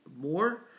more